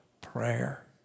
prayer